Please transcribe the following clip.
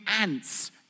ants